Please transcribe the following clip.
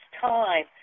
time